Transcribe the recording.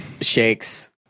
Shakes